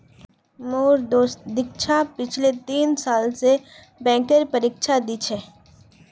मोर दोस्त दीक्षा पिछले तीन साल स बैंकेर परीक्षा दी छ